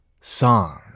Song